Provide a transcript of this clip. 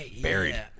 buried